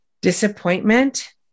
Disappointment